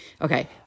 Okay